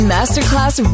Masterclass